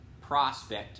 prospect